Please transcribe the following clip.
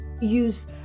use